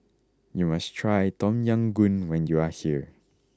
you must try Tom Yam Goong when you are here